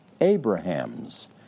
Abraham's